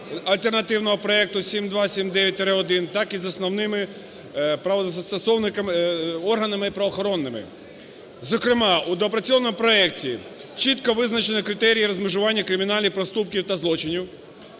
альтернативного проекту 7279-1, так і з основними правозастосовниками… органами правоохоронними. Зокрема, у доопрацьованому проекті чітко визначені критерії розмежування кримінальних проступків та злочинів.